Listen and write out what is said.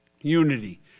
unity